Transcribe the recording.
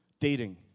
dating